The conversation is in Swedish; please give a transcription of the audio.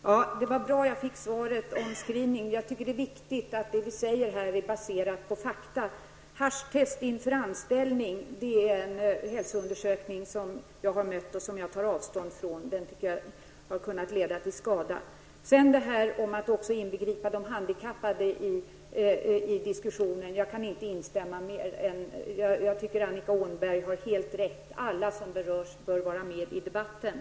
Herr talman! Det var bra att jag fick svaret om screening. Det är viktigt att det vi säger här är baserat på fakta. Haschtest inför anställning är en hälsoundersökning som jag tar avstånd ifrån, eftersom en sådan undersökning kan leda till skada. Annika Åhnberg sade att vi måste inbegripa de handikappade i denna diskussion. Jag instämmer helt i detta. Annika Åhnberg har rätt. Alla som berörs bör vara med i debatten.